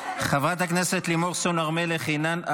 חברת הכנסת לימור סון הר מלך נמצא?